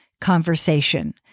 conversation